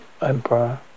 Emperor